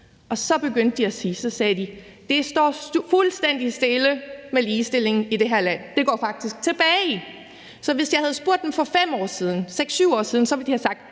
helst andet, og de sagde så også: Det står fuldstændig stille med ligestillingen i det her land, ja, det går faktisk tilbage. Hvis jeg havde spurgt dem for 5, 6 eller 7 år siden, ville de have sagt: